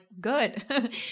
good